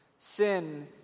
Sin